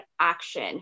action